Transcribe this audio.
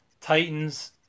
Titans